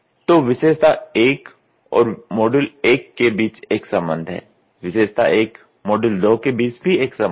तो विशेषता 1 और मॉड्यूल1 के बीच एक संबंध है विशेषता 1 मॉड्यूल 2 के बीच भी एक संबंध है